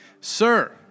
Sir